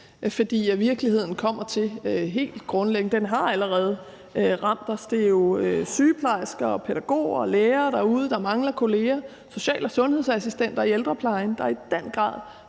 For virkeligheden kommer til helt grundlæggende at ramme os – den har allerede ramt os. Det er jo sygeplejersker og pædagoger og lærere derude, der mangler kolleger; det er social- og sundhedsassistenter i ældreplejen, der i den grad